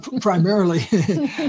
primarily